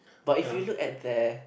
but if you look at their